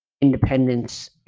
independence